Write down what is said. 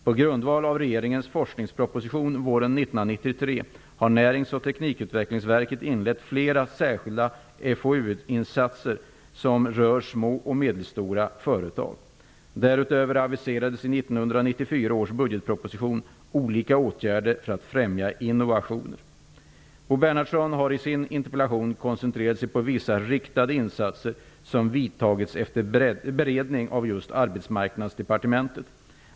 På grundval av regeringens forskningsproposition våren 1993 har Närings och teknikutvecklingsverket inlett flera särskilda FoU-satsningar som rör små och medelstora företag. Därutöver aviseras i 1994 års budgetproposition olika åtgärder för att främja innovationer. Bo Bernhardsson har i sin interpellation koncentrerat sig på vissa riktade insatser som vidtagits efter beredning av just Arbetsmarknadsdepartementet.